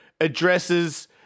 addresses